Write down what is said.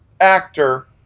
actor